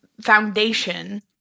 foundation